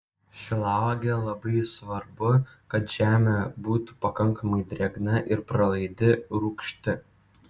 šilauogei labai svarbu kad žemė būtų pakankamai drėgna ir pralaidi rūgšti